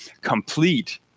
complete